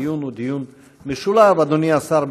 הדיון הוא דיון משולב, אדוני השר.